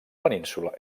península